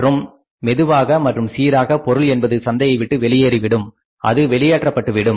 மற்றும் மெதுவாக மற்றும் சீராக பொருள் என்பது சந்தையை விட்டு வெளியேறும் அது வெளியேற்றப் பட்டுவிடும்